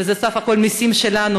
וזה בסך הכול מסים שלנו,